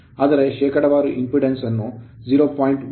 ಆದರೆ ಶೇಕಡಾವಾರು impedance impedance ಅನ್ನು 0